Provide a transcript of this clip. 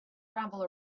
gravel